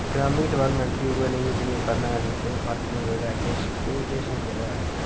economical development बी उयै नेही जनेही पैह्ले ऐ ही कोई फर्क नेईं पेदा इत्थै कोई किश नेईं पेदा ऐ इत्थै